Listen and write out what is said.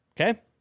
Okay